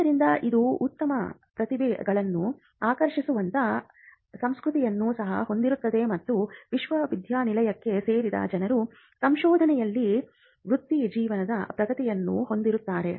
ಆದ್ದರಿಂದ ಇದು ಉತ್ತಮ ಪ್ರತಿಭೆಗಳನ್ನು ಆಕರ್ಷಿಸುವಂತಹ ಸಂಸ್ಕೃತಿಯನ್ನು ಸಹ ಹೊಂದಿಸುತ್ತದೆ ಮತ್ತು ವಿಶ್ವವಿದ್ಯಾನಿಲಯಕ್ಕೆ ಸೇರಿದ ಜನರು ಸಂಶೋಧನೆಯಲ್ಲಿ ವೃತ್ತಿಜೀವನದ ಪ್ರಗತಿಯನ್ನು ಹೊಂದಿರುತ್ತಾರೆ